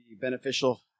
beneficial